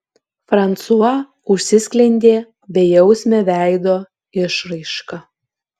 fransua užsisklendė bejausme veido išraiška